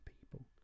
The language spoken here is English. people